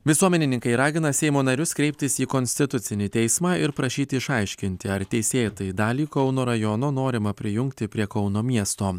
visuomenininkai ragina seimo narius kreiptis į konstitucinį teismą ir prašyti išaiškinti ar teisėtai dalį kauno rajono norima prijungti prie kauno miesto